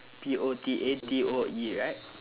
P O T A T O E right